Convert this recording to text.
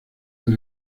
del